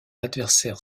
adversaire